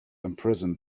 imprison